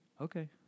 Okay